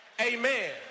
Amen